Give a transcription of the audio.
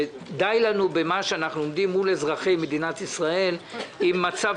שדי לנו במה שאנחנו עומדים מול אזרחי מדינת ישראל עם מצב